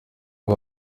bwa